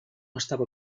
estava